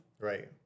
right